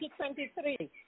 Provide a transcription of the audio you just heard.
2023